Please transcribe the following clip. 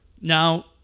now